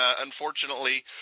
unfortunately